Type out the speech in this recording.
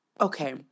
okay